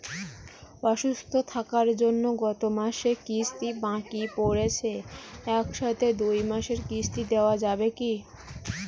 অসুস্থ থাকার জন্য গত মাসের কিস্তি বাকি পরেছে এক সাথে দুই মাসের কিস্তি দেওয়া যাবে কি?